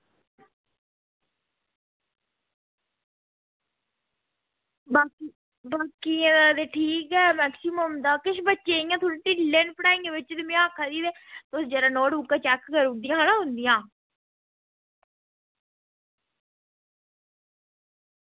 बाकी ते ठीक ऐ मैक्समम दा ते किश बच्चे थोह्ड़े ढिल्ले न पढ़ाइयें च ते में आक्खा दी ओह् नोट बुक्कां चैक करी ओड़दी हा इंदियां